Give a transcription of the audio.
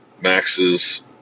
Max's